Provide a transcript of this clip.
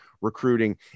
recruiting